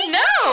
no